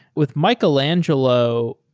with michelangelo,